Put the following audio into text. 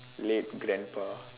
late grandpa